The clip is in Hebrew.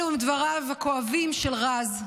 אלו הם דבריו הכואבים של רז.